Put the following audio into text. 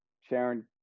sharon